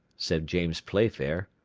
said james playfair.